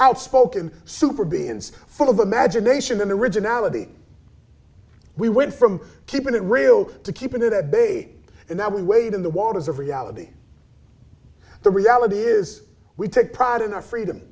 outspoken super bins full of imagination in the originality we went from keeping it real to keep it at bay and now we wait in the waters of reality the reality is we take pride in our freedom